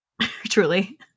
Truly